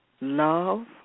love